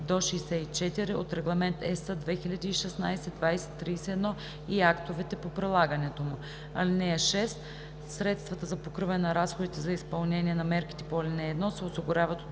– 64 от Регламент (ЕС) 2016/2031 и актовете по прилагането му. (6) Средствата за покриване на разходите за изпълнение на мерките по ал. 1 се осигуряват от